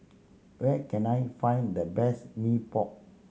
where can I find the best Mee Pok